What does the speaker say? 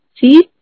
see